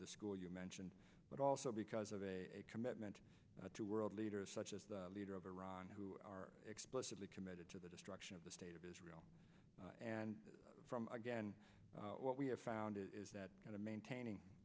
the school you mentioned but also because of a commitment to world leaders such as the leader of iran who are explicitly committed to the destruction of the state of israel and from again what we have found is that kind of maintaining